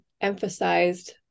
emphasized